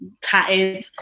tatted